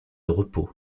repos